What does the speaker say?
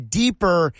deeper